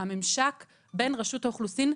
הממשק בין רשות האוכלוסין,